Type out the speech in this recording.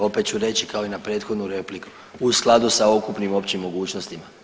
Opet ću reći kao i na prethodnu repliku, u skladu sa ukupnim općim mogućnostima.